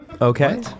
Okay